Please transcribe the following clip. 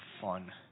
fun